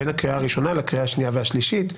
בין הקריאה הראשונה לקריאה השנייה והשלישית,